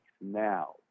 now